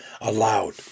allowed